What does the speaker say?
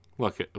Look